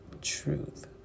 truth